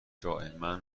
دائما